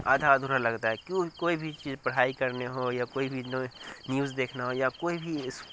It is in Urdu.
آدھا ادھورا لگتا ہے کیوں کوئی بھی چیز پڑھائی کرنی ہو یا کوئی بھی نیو نیوز دیکھنا ہو یا کوئی بھی اس